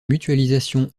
mutualisation